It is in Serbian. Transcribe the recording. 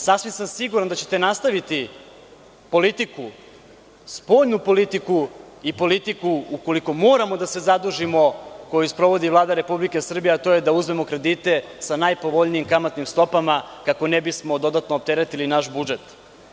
Sasvim sam siguran da ćete nastaviti politiku, spoljnu politiku i politiku ukoliko moramo da se zadužimo, koju sprovodi Vlada Republike Srbije, a to je da uzmemo kredite sa najpovoljnijim kamatnim stopama kako ne bismo dodatno opteretili naš budžet.